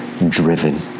driven